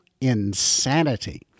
insanity